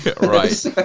Right